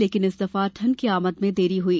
लेकिन इस दफा ठंड की आमद में देरी हुई